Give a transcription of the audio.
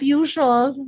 usual